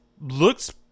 looks